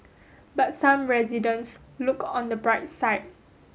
but some residents look on the bright side